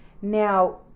Now